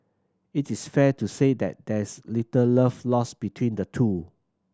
it is fair to say that there's little love lost between the two